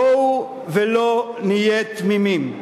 בואו ולא נהיה תמימים.